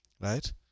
right